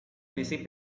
busy